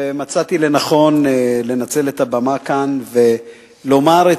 ומצאתי לנכון לנצל את הבמה כאן ולומר את